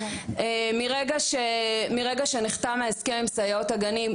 מרגע שנחתם ההסכם עם סייעות הגנים,